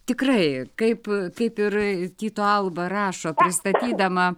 tikrai kaip kaip ir tyto alba rašo pristatydama